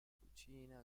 cucina